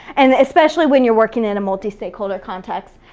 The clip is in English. and especially when you're working in a multi-stakeholder context.